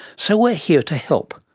so we are here to help,